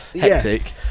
hectic